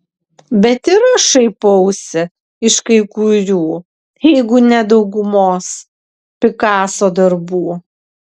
bet ir aš šaipausi iš kai kurių jeigu ne daugumos pikaso darbų